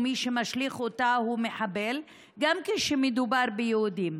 ומי שמשליך אותה הוא מחבל גם כשמדובר ביהודים.